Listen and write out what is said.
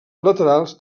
laterals